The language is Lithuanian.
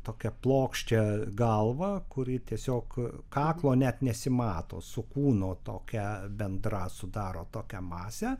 tokia plokščia galva kuri tiesiog kaklo net nesimato su kūno tokia bendra sudaro tokią masę